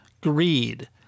greed